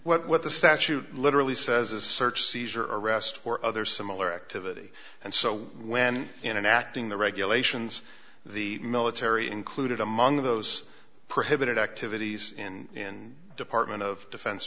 did what the statute literally says a search seizure arrest or other similar activity and so when in an acting the regulations the military included among those prohibited activities in the department of defen